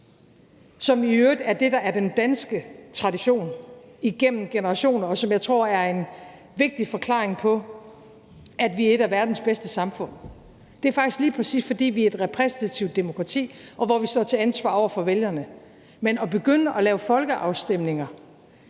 det, der er den danske tradition og har været det igennem generationer, og som jeg tror er en vigtig forklaring på, at vi er et af verdens bedste samfund. Det er faktisk lige præcis, fordi vi er et repræsentativt demokrati, hvor vi står til ansvar over for vælgerne. Men at begynde at lave folkeafstemninger